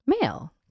male